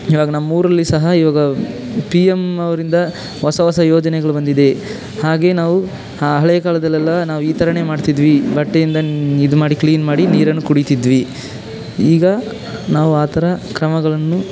ಈವಾಗ ನಮ್ಮ ಊರಲ್ಲಿ ಸಹ ಈವಾಗ ಪಿ ಎಮ್ ಅವರಿಂದ ಹೊಸ ಹೊಸ ಯೋಜನೆಗಳು ಬಂದಿದೆ ಹಾಗೆಯೇ ನಾವು ಹಳೇ ಕಾಲದಲ್ಲೆಲ್ಲ ನಾವು ಈ ಥರನೆ ಮಾಡ್ತಿದ್ವಿ ಬಟ್ಟೆಯಿಂದ ಇದು ಮಾಡಿ ಕ್ಲೀನ್ ಮಾಡಿ ನೀರನ್ನು ಕುಡಿತಿದ್ವಿ ಈಗ ನಾವು ಆ ಥರ ಕ್ರಮಗಳನ್ನು